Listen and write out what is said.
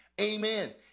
amen